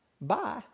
Bye